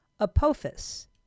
Apophis